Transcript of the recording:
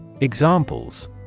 Examples